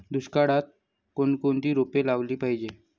दुष्काळात कोणकोणती रोपे लावली पाहिजे?